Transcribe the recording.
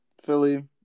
Philly